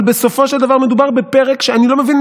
בסופו של דבר מדובר בפרק שאני לא מבין